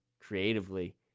creatively